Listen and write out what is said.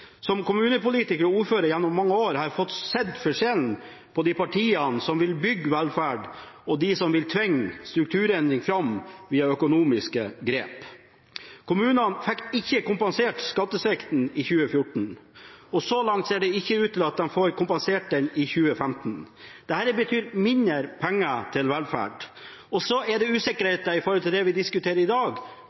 Som kommunepolitiker og ordfører gjennom mange år har jeg fått se forskjellen på de partiene som vil bygge velferd, og de som vil tvinge fram strukturendringer via økonomiske grep. Kommunene fikk ikke kompensert skattesvikten i 2014, og så langt ser det ikke ut til at de får kompensert den i 2015. Dette betyr mindre penger til velferd. Og så har vi usikkerheten knyttet til det vi diskuterer i dag: